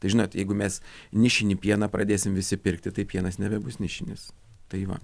tai žinot jeigu mes nišinį pieną pradėsim visi pirkti tai pienas nebebus nišinis tai va